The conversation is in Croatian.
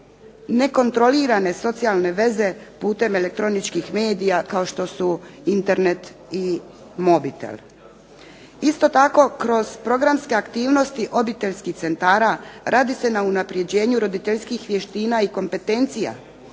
nekontrolirane socijalne veze putem elektroničkih medija kao što su internet i mobitel. Isto tako kroz programske aktivnosti obiteljskih centara radi se na unaprjeđenju roditeljskih vještina i kompetencija,